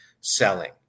selling